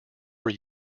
were